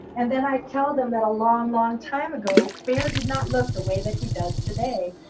and then i tell them that a long, long time ago, bear did not look the way that he does today.